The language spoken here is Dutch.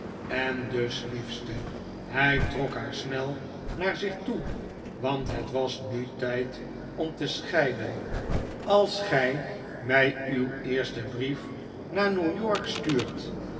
en dus liefste hij trok haar snel naar zich toe want het was nu tijd om te scheiden als gij mij uw eersten brief naar new york stuurt